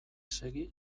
segi